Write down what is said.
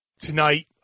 tonight